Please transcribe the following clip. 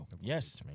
Yes